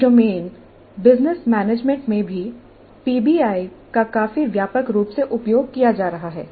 उस domain business management में भी पीबीआई का काफी व्यापक रूप से उपयोग किया जा रहा है